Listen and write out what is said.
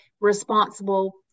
responsible